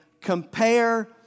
compare